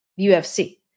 UFC